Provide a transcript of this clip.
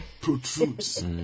protrudes